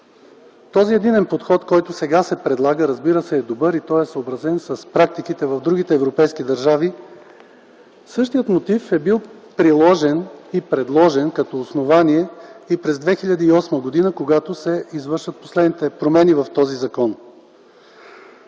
Този единен подход, който сега се предлага, е добър и е съобразен с практиките в другите европейски държави. Същият мотив е бил предложен и приложен като основание през 2008 г., когато се извършват последните промени в този закон.